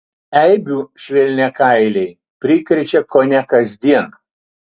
eibių švelniakailiai prikrečia kone kasdien